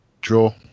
Draw